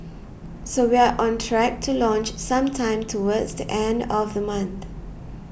so we're on track to launch sometime towards the end of the month